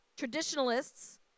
Traditionalists